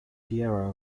pierrot